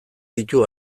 ditu